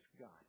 God